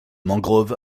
mangrove